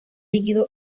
líquido